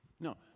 No